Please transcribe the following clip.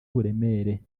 uburemere